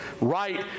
right